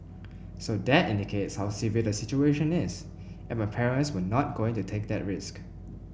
so that indicates how severe the situation is and my parents were not going to take that risk